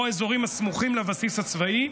או אזורים הסמוכים לבסיס הצבאי,